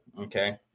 Okay